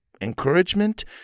encouragement